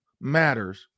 matters